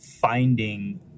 finding